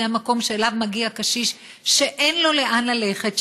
זה המקום שאליו מגיע הקשיש שאין לו לאן ללכת.